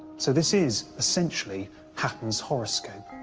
so this is essentially hatton's horoscope.